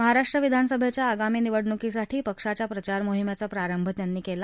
महाराष्ट्र विधानसभद्या आगामी निवडणुकीसाठी पक्षाच्या प्रचार मोहिमद्यी प्रारभ त्यांनी कली